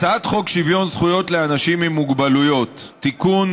הצעת חוק שוויון זכויות לאנשים עם מוגבלות (תיקון,